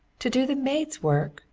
to do the maid's work!